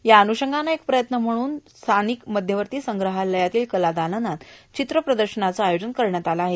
त्या अन्नषंगानं एक प्रयत्न म्हणून येथील मध्यवर्ती संग्रहालयातील कलादालनात चित्रप्रदर्शन आयोजित करण्यात आलं आहे